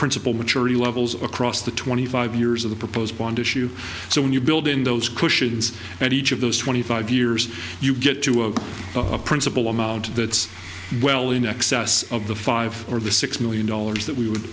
principal maturity levels across the twenty five years of the proposed bond issue so when you build in those cushions and each of those twenty five years you get to a principal amount that's well in excess of the five or the six million dollars that we would